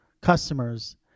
customers